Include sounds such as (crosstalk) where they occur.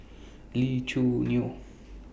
Lee Choo (noise) Neo